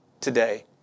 today